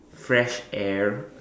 fresh air